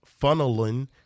funneling